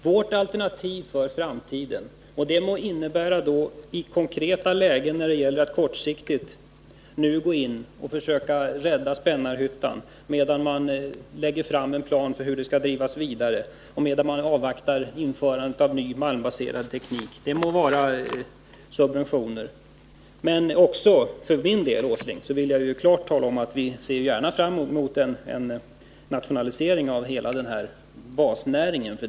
Vårt alternativ för framtiden må kortsiktigt och i det konkreta läget innebära att nu gå in och försöka rädda Spännarhyttan, medan man lägger fram en plan för hur den skall kunna drivas vidare och medan man avvaktar införandet av ny malmbaserad teknik. Det må vara subventioner. Men jag vill klart tala om, herr Åsling, att vi gärna ser fram mot en nationalisering av hela den här basnäringen.